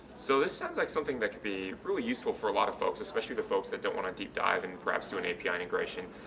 so this sounds like something that could be really useful for a lot of folks, especially the folks that don't want to deep dive and perhaps do an api integration.